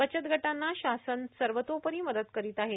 बचत गटांना शासन सर्वोतोपरी मदत करीत आहे